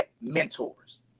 mentors